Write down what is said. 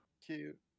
Cute